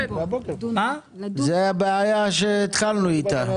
זו הבעיה שהתחלנו איתה.